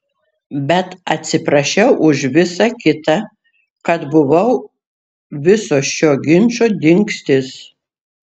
bet atsiprašiau už visa kita kad buvau viso šio ginčo dingstis